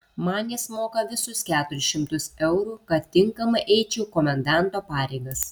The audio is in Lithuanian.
man jis moka visus keturis šimtus eurų kad tinkamai eičiau komendanto pareigas